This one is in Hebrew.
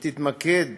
שתתמקד